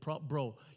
bro